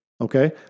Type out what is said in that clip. okay